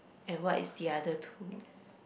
and what is the other two